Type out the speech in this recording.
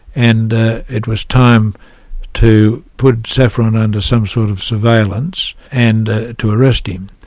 and it was time to put saffron under some sort of surveillance and to arrest him.